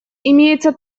имеется